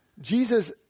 Jesus